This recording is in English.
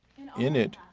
in it,